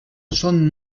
són